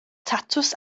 tatws